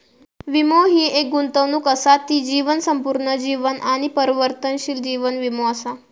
वीमो हि एक गुंतवणूक असा ती जीवन, संपूर्ण जीवन आणि परिवर्तनशील जीवन वीमो असा